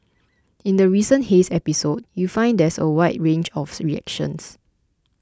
in the recent haze episode you find there's a wide range of the reactions